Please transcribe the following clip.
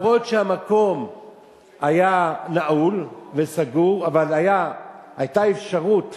אף שהמקום היה נעול וסגור, אבל היתה אפשרות